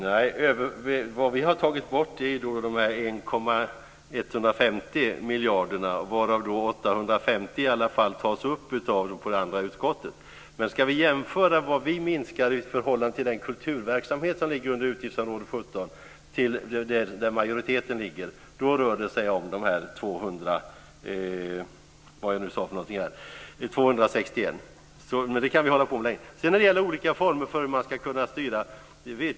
Herr talman! Nej, det vi har tagit bort är 1,150 miljarder varav 850 miljoner tas upp i det andra utskottet. Om vi ska jämföra vad vi minskar i förhållande till majoriteten på den kulturverksamhet som ligger under utgiftsområde 17 rör det sig om dessa Sedan gällde det olika former för hur man ska kunna styra.